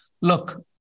look